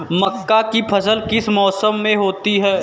मक्का की फसल किस मौसम में होती है?